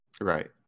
right